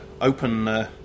open